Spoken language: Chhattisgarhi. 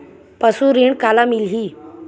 पशु ऋण काला मिलही?